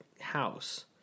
house